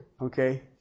Okay